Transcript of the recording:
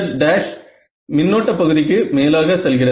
z′ மின்னோட்ட பகுதிக்கு மேலாக செல்கிறது